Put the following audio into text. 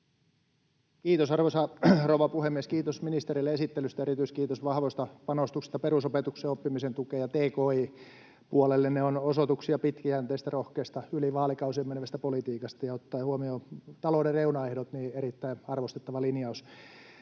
Kiitos, arvoisa rouva puhemies! Kiitos ministereille esittelystä. Erityiskiitos vahvoista panostuksista perusopetuksen oppimisen tukeen ja tki-puolelle. Ne ovat osoituksia pitkäjänteisestä, rohkeasta, yli vaalikausien menevästä politiikasta ja, ottaen huomioon talouden reunaehdot, erittäin arvostettava linjaus.